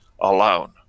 alone